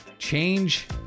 Change